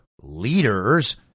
leaders